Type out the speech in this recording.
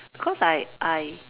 cause I I